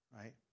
Right